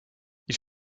ils